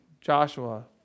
Joshua